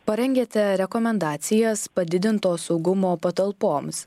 parengiate rekomendacijas padidinto saugumo patalpoms